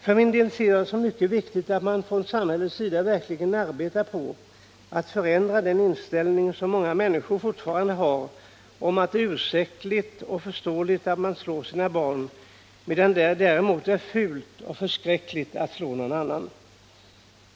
För min del ser jag det som mycket viktigt att man från samhällets sida verkligen arbetar på att förändra inställningen — som många människor fortfarande har — att det är ursäktligt och förståeligt att man slår sina egna barn, medan det däremot är fult och förskräckligt att slå någon annan.